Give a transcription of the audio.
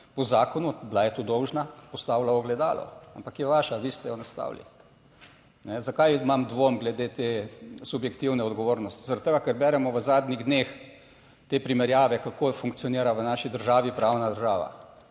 po zakonu, bila je to dolžna, postavila ogledalo, ampak je vaša, vi ste jo nastavili. Zakaj imam dvom glede te subjektivne odgovornosti? Zaradi tega, ker beremo v zadnjih dneh te primerjave kako funkcionira v naši državi pravna država.